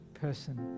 person